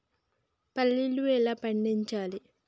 పల్లీలు ఎలా పండించాలి?